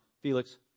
Felix